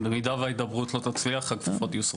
במידה וההדברות לא תצליח, הכפפות יוסרו.